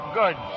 good